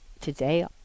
today